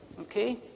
okay